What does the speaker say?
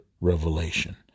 revelation